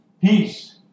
Peace